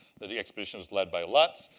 the the expedition was led by lutz,